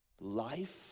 Life